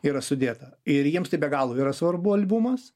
yra sudėta ir jiems tai be galo yra svarbu albumas